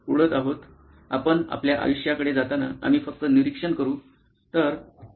आपण आपल्या आयुष्याकडे जाताना आम्ही फक्त निरीक्षण करू